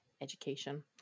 education